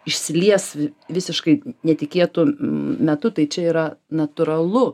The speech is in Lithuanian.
išsilies visiškai netikėtu metu tai čia yra natūralu